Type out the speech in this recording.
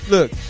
Look